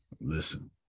listen